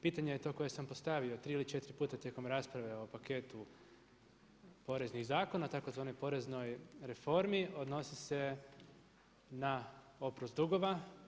Pitanje je to koje sam postavio tri ili četiri puta tijekom rasprave o paketu poreznih zakona tzv. poreznoj reformi, odnosi se na oprost dugova.